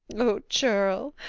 o churl!